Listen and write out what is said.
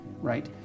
right